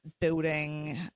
building